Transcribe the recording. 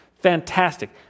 Fantastic